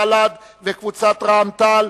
בל"ד ורע"ם-תע"ל.